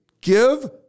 give